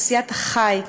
תעשיית החי,